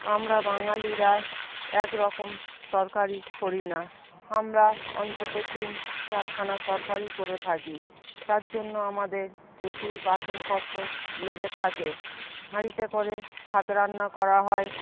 আমরা বাঙালিরা একরকম তরকারি করি না আমরা অন্তত তিন চারখানা তরকারি করে থাকি তার জন্য আমাদের প্রচুর বাসনপত্র লেগে থাকে হাঁড়িতে করে ভাত রান্না করা হয়